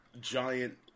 giant